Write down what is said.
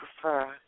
prefer